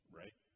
right